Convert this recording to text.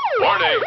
warning